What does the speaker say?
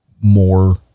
more